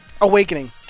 Awakening